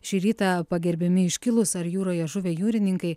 šį rytą pagerbiami iškilūs ar jūroje žuvę jūrininkai